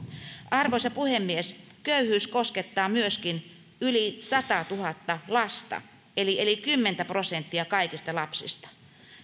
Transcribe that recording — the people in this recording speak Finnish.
arvoisa puhemies köyhyys koskettaa myöskin yli sataatuhatta lasta eli kymmentä prosenttia kaikista lapsista